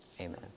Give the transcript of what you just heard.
Amen